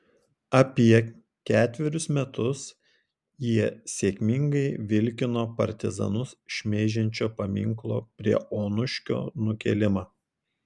apie ketverius metus jie sėkmingai vilkino partizanus šmeižiančio paminklo prie onuškio nukėlimą